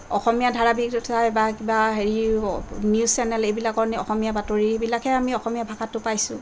অসমীয়া ধাৰাবাহিক চাই বা কিবা হেৰি নিউজ চেনেলবিলাকৰ অসমীয়া বাতৰি এইবিলাকহে আমি অসমীয়া ভাষাটো পাইছোঁ